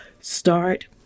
start